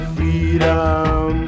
Freedom